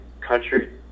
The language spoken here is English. country